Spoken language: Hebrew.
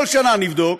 כל שנה נבדוק